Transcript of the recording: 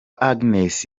agnes